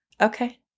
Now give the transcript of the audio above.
Okay